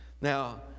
Now